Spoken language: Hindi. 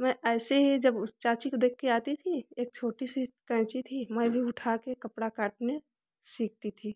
मैं ऐसे ही जब उस चाची को देख के आती थी एक छोटी सी कैंची थी मैं भी उठा के कपड़ा काटने सीखती थी